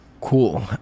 Cool